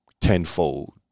tenfold